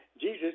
Jesus